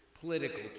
political